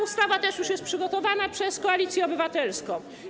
Ustawa też już jest przygotowana przez Koalicję Obywatelską.